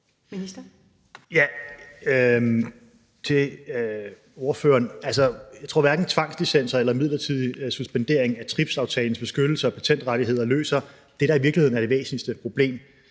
vil sige til ordføreren, at jeg ikke tror, at tvangslicenser eller midlertidig suspendering af TRIPS-aftalens beskyttelse af patentrettigheder løser det, der i virkeligheden er det væsentligste problem,